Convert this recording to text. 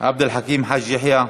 עבד אל חכים חאג' יחיא,